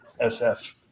SF